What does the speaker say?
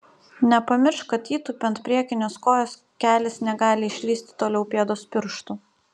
nepamiršk kad įtūpiant priekinės kojos kelis negali išlįsti toliau pėdos pirštų